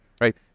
right